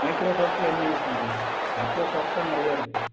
micro சாஃப்ட்டில் என்ன use பண்ணுறீங்க மைக்ரோ சாஃப்ட்டில் நிறையருக்கு